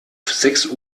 sechs